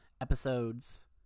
episodes